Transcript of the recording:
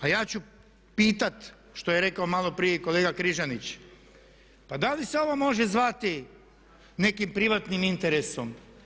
A ja ću pitat što je rekao maloprije i kolega Križanić pa da li se ovo može zvati nekim privatnim interesom?